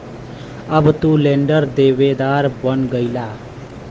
अब तू लेंडर देवेदार बन गईला